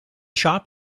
shop